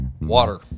water